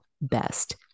best